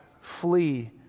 flee